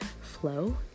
flow